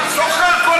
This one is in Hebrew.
סוחר כל היום.